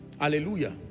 Hallelujah